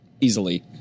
easily